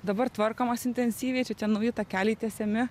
dabar tvarkomas intensyviai čia nauji takeliai tiesiami